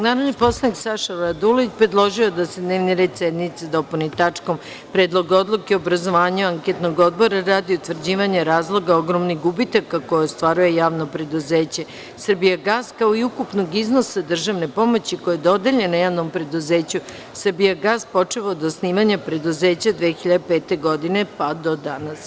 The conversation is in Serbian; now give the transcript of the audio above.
Narodni poslanik Saša Radulović predložio je da se dnevni red sednice dopuni tačkom – Predlog odluke o obrazovanju anketnog odbora radi utvrđivanja razloga ogromnih gubitaka koje ostvaruje JP „Srbijagas“, kao i ukupnog iznosa državne pomoći koja je dodeljena JP „Srbijagas“, počev od osnivanja preduzeća 2005. godine pa do danas.